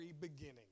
beginning